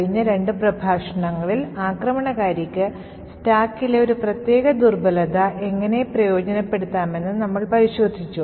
കഴിഞ്ഞ രണ്ട് പ്രഭാഷണങ്ങളിൽ ആക്രമണകാരിക്ക് സ്റ്റാക്കിലെ ഒരു പ്രത്യേക ദുർബലത എങ്ങനെ പ്രയോജനപ്പെടുത്താമെന്ന് നമ്മൾ പരിശോധിച്ചു